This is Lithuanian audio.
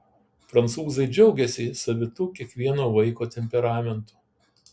prancūzai džiaugiasi savitu kiekvieno vaiko temperamentu